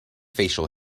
facial